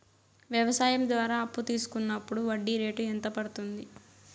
వ్యవసాయం ద్వారా అప్పు తీసుకున్నప్పుడు వడ్డీ రేటు ఎంత పడ్తుంది